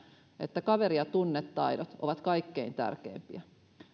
että kaveri ja tunnetaidot ovat kaikkein tärkeimpiä ja